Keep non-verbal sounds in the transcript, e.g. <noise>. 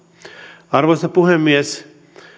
<unintelligible> arvoisa puhemies